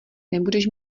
nebudeš